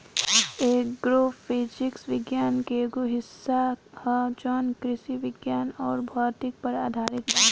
agro physics विज्ञान के एगो हिस्सा ह जवन कृषि विज्ञान अउर भौतिकी पर आधारित बा